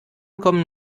kommen